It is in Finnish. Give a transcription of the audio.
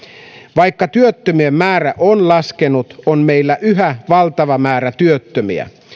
vaikka työttömien määrä on laskenut on meillä yhä valtava määrä työttömiä